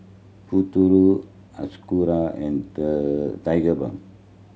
Futuro Hiruscar and Tigerbalm